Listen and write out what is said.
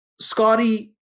scotty